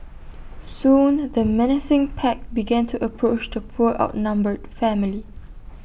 soon the menacing pack began to approach the poor outnumbered family